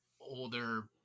older